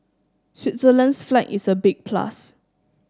Switzerland's flag is a big plus